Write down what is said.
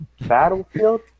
Battlefield